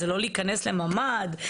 זה לא להיכנס לממ"ד,